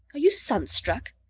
are you sunstruck?